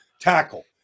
tackle